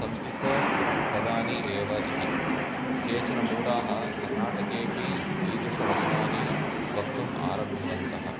संस्कृतपदानि एव इति केचन मूढाः कर्णाटकेपि ईदृश वचनानि वक्तुम् आरब्धवन्तः